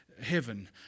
heaven